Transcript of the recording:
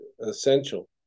essential